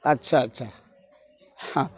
ଆଚ୍ଛା ଆଚ୍ଛା ହଁ